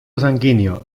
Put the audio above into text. sanguíneo